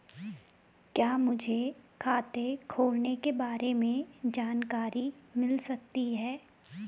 क्या मुझे खाते खोलने के बारे में जानकारी मिल सकती है?